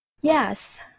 yes